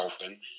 open